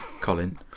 Colin